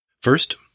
First